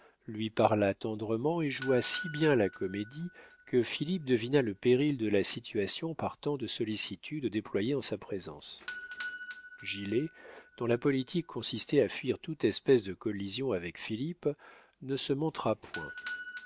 lui parla tendrement et joua si bien la comédie que philippe devina le péril de la situation par tant de sollicitude déployée en sa présence gilet dont la politique consistait à fuir toute espèce de collision avec philippe ne se montra point